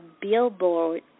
Billboard